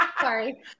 Sorry